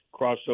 crossover